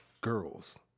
girls